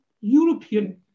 European